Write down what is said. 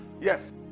Yes